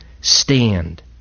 stand